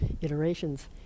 iterations